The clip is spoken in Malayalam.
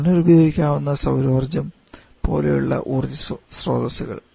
പുനരുപയോഗിക്കാവുന്ന സൌരോർജ്ജം പോലെയുള്ള ഊർജ്ജസ്രോതസ്സുകൾ